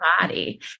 body